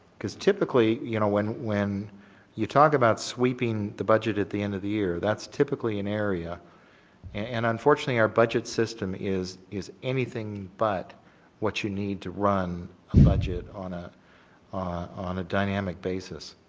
cause typically, you know, when when you talk about sweeping the budget at the end of the year, that's typically an area and unfortunately our budget system is is anything but what you need to run a budget on ah on a dynamic basis.